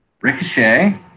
Ricochet